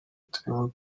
turimo